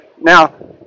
now